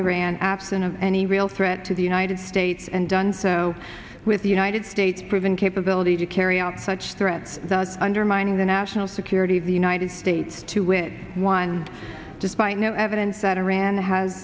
iran absent of any real threat to the united states and done so with the united states proven capability to carry out such threats undermining the national security of the united states to wit one despite no evidence that iran has